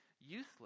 useless